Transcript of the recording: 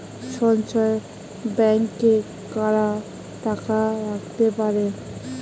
সঞ্চয় ব্যাংকে কারা টাকা রাখতে পারে?